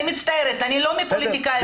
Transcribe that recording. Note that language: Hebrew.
-- אני מצטערת, אני לא מהפוליטיקאים האלה.